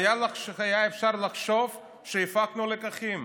והיה אפשר לחשוב שהפקנו לקחים,